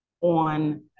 on